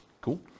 Cool